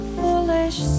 foolish